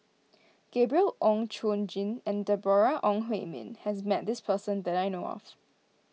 Gabriel Oon Chong Jin and Deborah Ong Hui Min has met this person that I know of